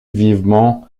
vivement